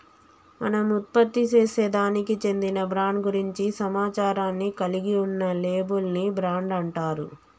మనం ఉత్పత్తిసేసే దానికి చెందిన బ్రాండ్ గురించి సమాచారాన్ని కలిగి ఉన్న లేబుల్ ని బ్రాండ్ అంటారు